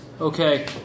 Okay